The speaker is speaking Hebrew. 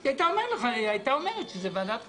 היא הייתה אומרת שזה ועדת החוקה,